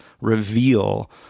reveal